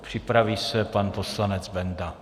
Připraví se pan poslanec Benda.